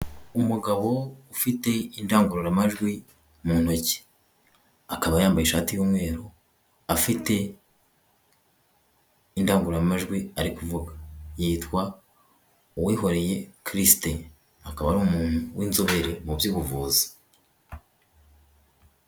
Umugabo ufite indangururamajwi mu ntoki akaba yambaye ishati y'umweru afite indangururamajwi ari kuvuga yitwa Uwihoreye kirisite akaba ari umuntu w'inzobere mu by'ubuvuzi.